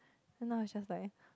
then now is just like